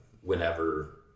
whenever